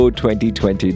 2020